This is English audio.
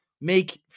make